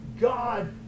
God